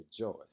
Rejoice